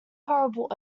horrible